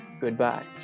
goodbye